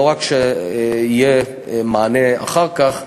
לא רק שיהיה מענה אחר כך,